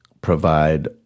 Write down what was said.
provide